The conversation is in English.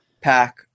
pack